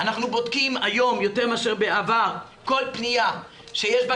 אנחנו בודקים היום יותר מאשר בעבר כל פניה שיש בה